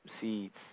seeds